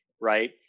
right